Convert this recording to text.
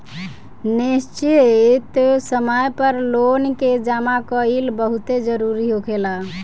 निश्चित समय पर लोन के जामा कईल बहुते जरूरी होखेला